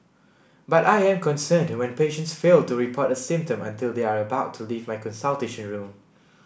but I am concerned when patients fail to report a symptom until they are about to leave my consultation room